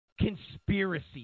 conspiracy